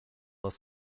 was